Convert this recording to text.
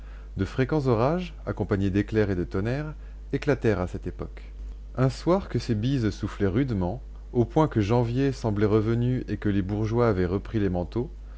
de fréquents orages accompagnés d'éclairs et de tonnerres éclatèrent à cette époque un soir que ces bises soufflaient rudement au point que janvier semblait revenu et que les bourgeois avaient repris les manteaux